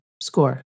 score